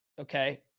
Okay